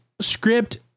script